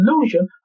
illusion